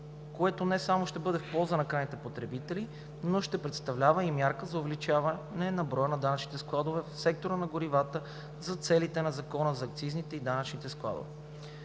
което не само ще бъде в полза и на крайните потребители, но ще представлява и мярка за увеличаване на броя на данъчните складове в сектора на горивата за целите на Закона за акцизите и данъчните складове.